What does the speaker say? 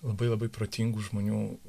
labai labai protingų žmonių